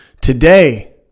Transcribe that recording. Today